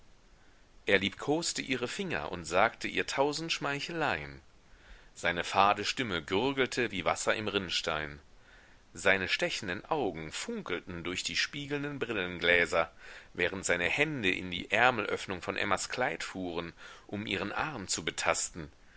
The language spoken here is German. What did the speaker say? er liebkoste ihre finger und sagte ihr tausend schmeicheleien seine fade stimme gurgelte wie wasser im rinnstein seine stechenden augen funkelten durch die spiegelnden brillengläser während seine hände in die ärmelöffnung von emmas kleid fuhren um ihren arm zu betasten